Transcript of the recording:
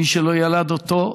מי שלא ילד אותו,